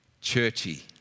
churchy